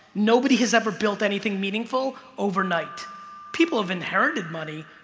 nobody has ever built anything meaningful overnight people have inherited money